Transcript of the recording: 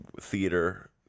theater